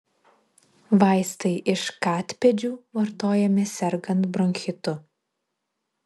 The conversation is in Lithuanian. vaistai iš katpėdžių vartojami sergant bronchitu